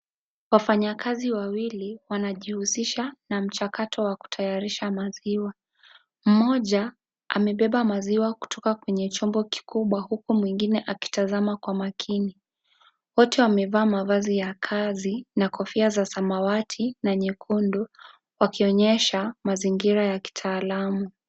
Wafanyikazi wawili wanajihusisha na mchakato wa kutayarisha maziwa. Mmoja amebeba maziwa kutoka kwenye chombo kikubwa huku mwengine akitazama kwa makini. Wote wamevaa mavazi ya kazi na kofia za samawati na nyekundu wakionyesha mazingira ya kitaalamu.